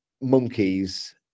monkeys